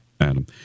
Adam